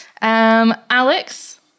Alex